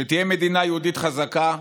שתהיה מדינה יהודית חזקה,